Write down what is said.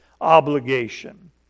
obligation